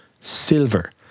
Silver